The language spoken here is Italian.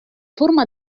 forma